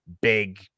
big